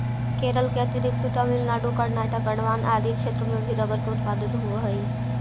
केरल के अतिरिक्त तमिलनाडु, कर्नाटक, अण्डमान आदि क्षेत्र में भी रबर उत्पादन होवऽ हइ